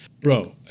Bro